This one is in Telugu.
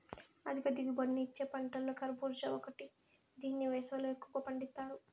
అధిక దిగుబడిని ఇచ్చే పంటలలో కర్భూజ ఒకటి దీన్ని వేసవిలో ఎక్కువగా పండిత్తారు